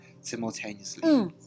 simultaneously